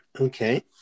Okay